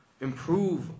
improve